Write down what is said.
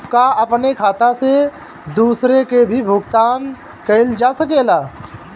का अपने खाता से दूसरे के भी भुगतान कइल जा सके ला?